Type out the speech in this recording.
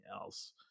else